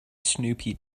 snoopy